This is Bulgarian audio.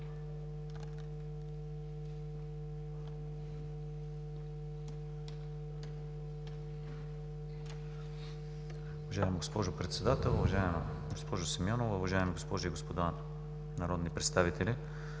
Уважаема госпожо Председател, уважаема госпожо Клисарова, уважаеми госпожи и господа народни представители!